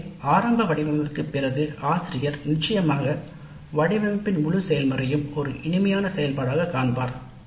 எனவே ஆரம்ப வடிவமைப்பிற்குப் பிறகு ஆசிரியர் நிச்சயமாக முழு செயல்முறையையும் ஒரு எளிமையான செயல்பாடாக வந்தார்